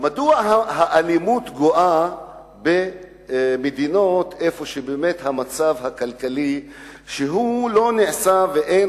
מדוע האלימות גואה במדינות שבכלכלה שלהן אין